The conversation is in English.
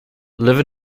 liver